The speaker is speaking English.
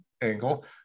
angle